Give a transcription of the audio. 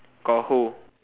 got a hole